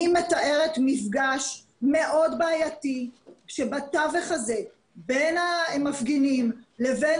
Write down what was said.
אני מתארת מפגש מאוד בעייתי שבתווך הזה בין המפגינים לבין